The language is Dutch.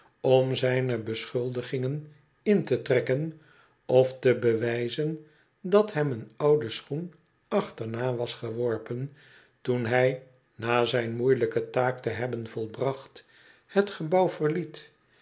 om zijne beschuldigingen in te trekken of te bewijzen en dat hem een oude schoen achterna was geworpen toen hij na zijn moeielijke taak te hebben volbracht het gebouw verliet